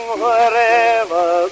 wherever